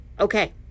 Okay